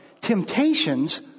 temptations